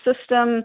system